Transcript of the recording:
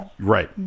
right